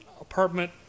apartment